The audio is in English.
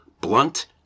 Blunt